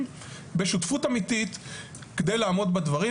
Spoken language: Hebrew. בשותפות אמיתית כדי לעמוד בדברים,